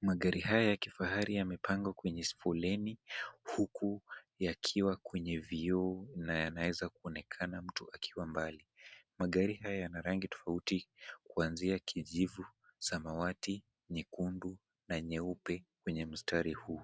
Magari haya ya kifahari yamepangwa kwenye foleni huku yakiwa kwenye vioo na yanaweza kuonekana mtu akiwa mbali. Magari haya yana rangi tofauti kuanzia kijivu, samawati, nyekundu na nyeupe kwenye mstari huu.